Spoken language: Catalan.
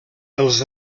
els